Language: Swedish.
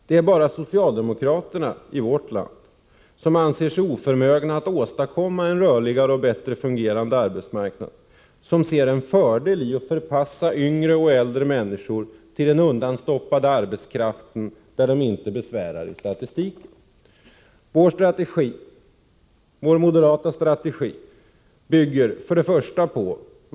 Det är bara socialdemokraterna i vårt land som anser sig oförmögna att åstadkomma en rörligare och bättre fungerande arbetsmarknad, som ser en fördel i att förpassa yngre och äldre människor till den undanstoppade arbetskraften, där de inte besvärar i statistiken. Vår moderata strategi bygger på följande. 1.